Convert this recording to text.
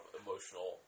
emotional